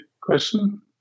question